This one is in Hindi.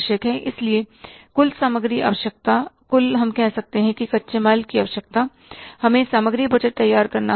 इसलिए कुल सामग्री आवश्यकता कुल कह सकते हैं कि कच्चे माल की आवश्यकता हमें सामग्री बजट तैयार करना होगा